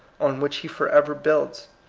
on which he forever builds.